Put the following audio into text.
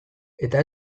eta